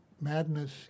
Madness